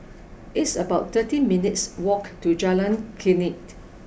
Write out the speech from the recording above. it's about thirteen minutes' walk to Jalan Klinik